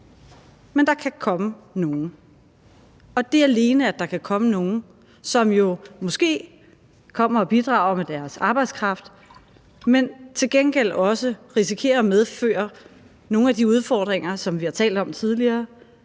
Men der kan komme nogle, og alene det, at der kan komme nogle, som måske kommer og bidrager med deres arbejdskraft, risikerer også at medføre nogle af de udfordringer, som vi har talt om tidligere,